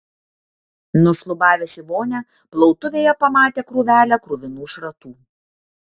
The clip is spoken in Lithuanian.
nušlubavęs į vonią plautuvėje pamatė krūvelę kruvinų šratų